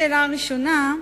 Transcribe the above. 1. לגבי השאלה הראשונה,